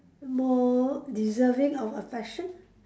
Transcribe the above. more deserving of affection